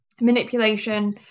manipulation